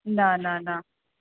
न न न